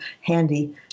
handy